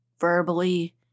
verbally